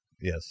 yes